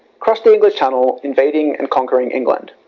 crossed the english channel, invading and conquering england,